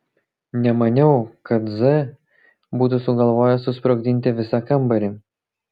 nemaniau kad z būtų sugalvojęs susprogdinti visą kambarį